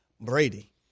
Brady